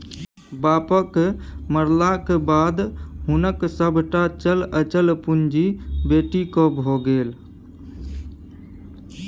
बापक मरलाक बाद हुनक सभटा चल अचल पुंजी बेटीक भए गेल